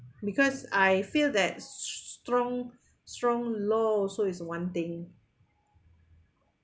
because I feel that strong strong loh also is one thing